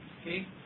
Okay